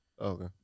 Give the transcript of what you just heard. Okay